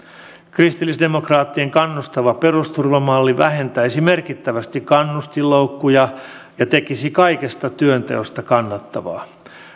kristillisdemokraattien kannustava perusturva malli vähentäisi merkittävästi kannustinloukkuja ja tekisi kaikesta työnteosta kannattavaa